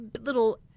little